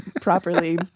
properly